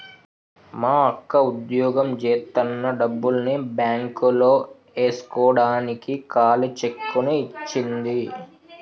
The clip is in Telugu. మా అక్క వుద్యోగం జేత్తన్న డబ్బుల్ని బ్యేంకులో యేస్కోడానికి ఖాళీ చెక్కుని ఇచ్చింది